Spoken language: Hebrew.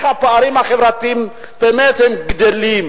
איך הפערים החברתיים באמת גדלים,